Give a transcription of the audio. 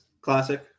Classic